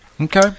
Okay